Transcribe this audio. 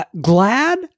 glad